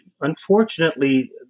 unfortunately